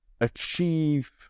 achieve